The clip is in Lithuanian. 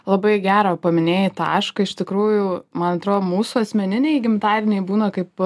labai gerą paminėjai tašką iš tikrųjų man atrodo mūsų asmeniniai gimtadieniai būna kaip